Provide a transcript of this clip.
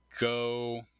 go